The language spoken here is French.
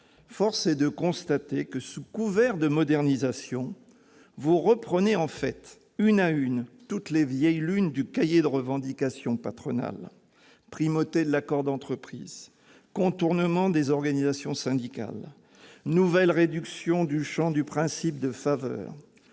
Force est de constater que, sous couvert de modernisation, vous reprenez en fait une à une toutes les vieilles lunes du cahier des revendications patronales : primauté de l'accord d'entreprise, contournement des organisations syndicales, nouvelle réduction du champ du principe de faveur,